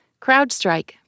CrowdStrike